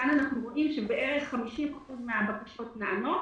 כאן אנחנו רואים שבערך50% מן הבקשות נענות